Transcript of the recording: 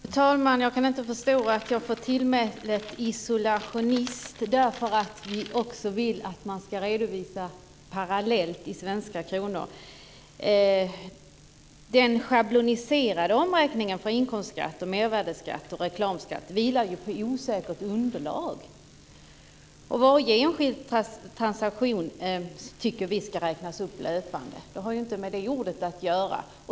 Fru talman! Jag kan inte förstå att jag får tillmälet isolationist därför att vi vill att man ska redovisa parallellt i svenska kronor. Den schabloniserade omräkningen för inkomstskatt, mervärdesskatt och reklamskatt vilar på ett osäkert underlag. Varje enskild transaktion ska, tycker vi, räknas upp löpande - det har alltså inte med ordet som sådant att göra.